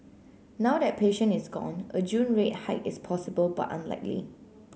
now that patient is gone a June rate hike is possible but unlikely